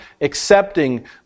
accepting